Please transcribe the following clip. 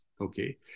okay